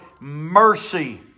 mercy